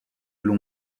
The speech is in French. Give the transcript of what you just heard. l’on